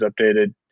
updated